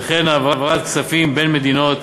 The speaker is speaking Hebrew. וכן העברת כספים בין מדינות.